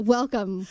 Welcome